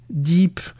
deep